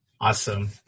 awesome